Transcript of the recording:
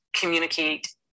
communicate